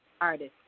artist